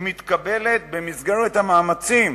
במסגרת המאמצים